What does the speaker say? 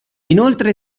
inoltre